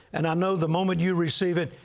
and i know the moment you receive it,